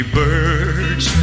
birds